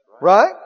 Right